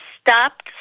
stopped